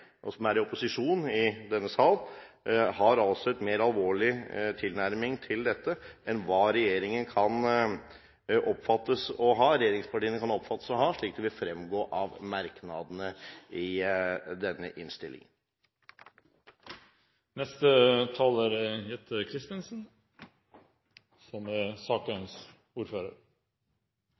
og som er i opposisjon i denne sal, har altså en mer alvorlig tilnærming til dette enn hva regjeringspartiene kan oppfattes å ha, slik det vil fremgå av merknadene i denne innstillingen. Dette er